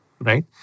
Right